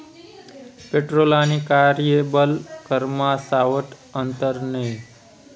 petrol आणि कार्यबल करमा सावठं आंतर नै